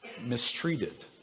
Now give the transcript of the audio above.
mistreated